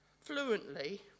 fluently